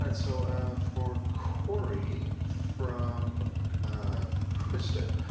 and so for corey from kristin.